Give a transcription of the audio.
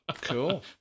Cool